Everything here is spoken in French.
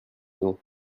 maison